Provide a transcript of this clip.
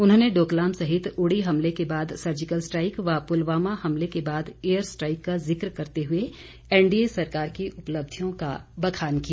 उन्होंने डोकलाम सहित उड़ी हमले के बाद सर्जिकल स्ट्राईक व पुलवामा हमले के बाद एयर स्ट्राईक का जिक करते हुए एनडीए सरकार की उपलब्धियों का बखान किया